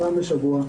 פעם בשבוע,